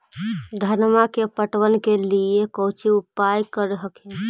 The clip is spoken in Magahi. धनमा के पटबन के लिये कौची उपाय कर हखिन?